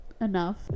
enough